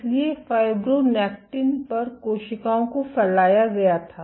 इसलिए फाइब्रोनेक्टिन पर कोशिकाओं को फैलाया गया था